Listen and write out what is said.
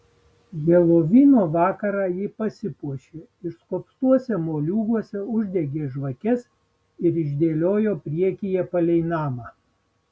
helovino vakarą ji pasipuošė išskobtuose moliūguose uždegė žvakes ir išdėliojo priekyje palei namą